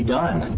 done